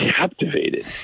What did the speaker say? captivated